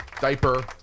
Diaper